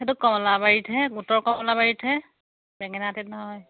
সেইটো কমলাবাৰীতহে উত্তৰ কমলাবাৰীতহে বেঙেনাআটীত নহয়